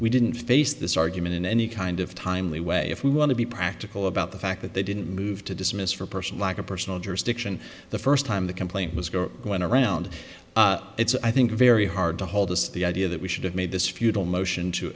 we didn't face this argument in any kind of timely way if we want to be practical about the fact that they didn't move to dismiss for person lack of personal jurisdiction the first time the complaint was go going around it's i think very hard to hold us to the idea that we should have made this futile motion to